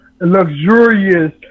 luxurious